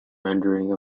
rendering